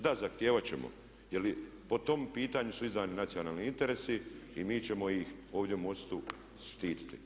Da, zahtijevati ćemo jer i po tom pitanju su izdani nacionalni interesi i mi ćemo ih ovdje u MOST-u štiti.